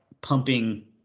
pumping